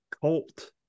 Colt